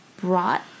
brought